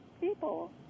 people